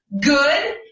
good